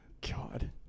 god